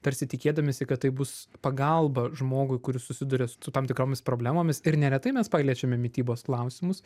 tarsi tikėdamiesi kad tai bus pagalba žmogui kuris susiduria su tam tikromis problemomis ir neretai mes paliečiame mitybos klausimus